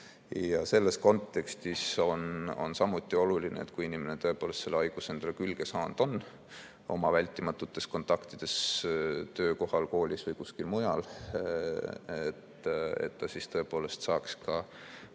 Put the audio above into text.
Selles kontekstis on samuti oluline, et kui inimene on selle haiguse külge saanud oma vältimatutes kontaktides töökohal, koolis või kuskil mujal, siis ta tõepoolest saaks